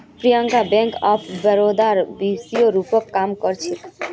Priyanka bank of बड़ौदात पीओर रूपत काम कर छेक